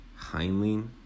Heinlein